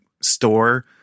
store